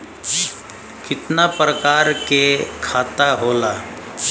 कितना प्रकार के खाता होला?